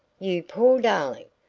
you poor darling!